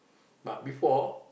but before